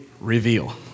reveal